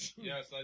Yes